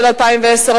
2010,